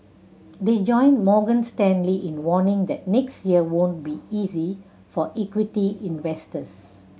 they join Morgan Stanley in warning that next year won't be easy for equity investors